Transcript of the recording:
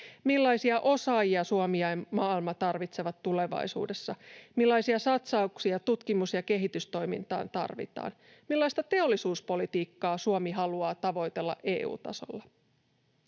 Millaisia osaajia Suomi ja maailma tarvitsevat tulevaisuudessa? Millaisia satsauksia tutkimus- ja kehitystoimintaan tarvitaan? Millaista teollisuuspolitiikkaa Suomi haluaa tavoitella EU-tasolla?